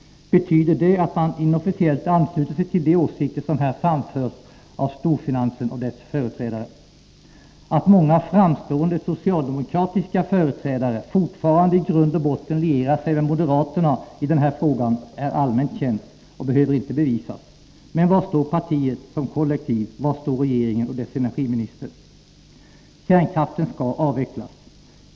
Betyder det att man inofficiellt anslutit sig till de åsikter som framförs av storfinansen och dess företrädare? Att många framstående, socialdemokratiska företrädare fortfarande i grund och botten lierar sig med moderaterna i den här frågan är allmänt känt och behöver inte bevisas. Men var står partiet som kollektiv, var står regeringen och dess energiminister? Kärnkraften skall avvecklas!